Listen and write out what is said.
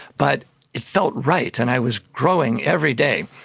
but it felt right, and i was growing every day.